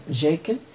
Jacob